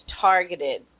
targeted